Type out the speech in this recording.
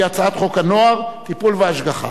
שהיא הצעת חוק הנוער (טיפול והשגחה)